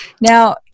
Now